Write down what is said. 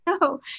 no